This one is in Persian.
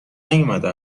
نیامده